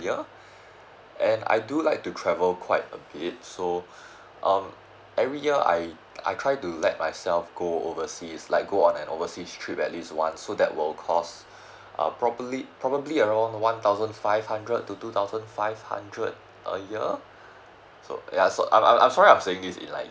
and I do like to travel quite a bit so um every year I I try to let myself go oversea like go on an overseas trip at least once so that will cost I'll probably probably around one thousand five hundred to two thousand five hundred a year so ya so I'm sorry I'm saying this in like